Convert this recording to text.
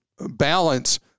balance